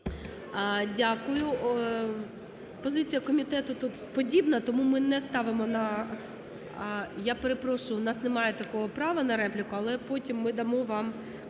Дякую. Позиція комітету тут подібна, тому ми не ставимо на… Я перепрошую, у нас немає такого права на репліку, але потім ми дамо вам,